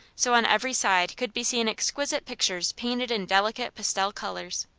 so on every side could be seen exquisite pictures painted in delicate pastel colours.